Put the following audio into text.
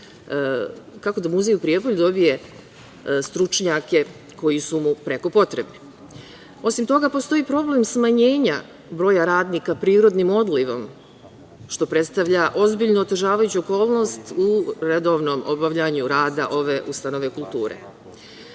kako da da Muzej u Prijepolju dobije stručnjake koji su mu preko potrebni? Osim toga, postoji problem smanjenja broja radnika prirodnim odlivom, što predstavlja ozbiljnu otežavajaću okolnost u redovnom obavljanju rada ove ustanove kulture. Zabrana